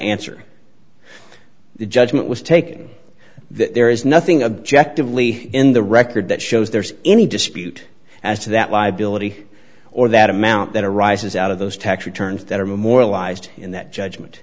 answer the judgment was taking that there is nothing objective lee in the record that shows there's any dispute as to that liability or that amount that arises out of those tax returns that are memorialized in that judgment